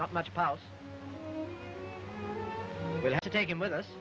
not much power to take him with us